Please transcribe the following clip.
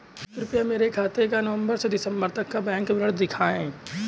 कृपया मेरे खाते का नवम्बर से दिसम्बर तक का बैंक विवरण दिखाएं?